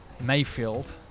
Mayfield